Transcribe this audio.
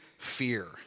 Fear